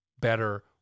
better